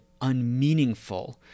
unmeaningful